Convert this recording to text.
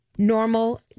normal